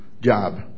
job